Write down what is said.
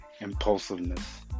impulsiveness